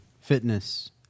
fitness